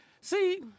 See